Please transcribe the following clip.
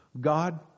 God